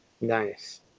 Nice